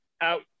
out